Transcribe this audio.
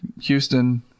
Houston